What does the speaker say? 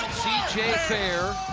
j. fair,